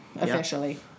officially